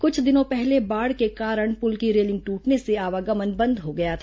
कुछ दिनों पहले बाढ़ के कारण पुल की रेलिंग टूटने से आवागमन बंद हो गया था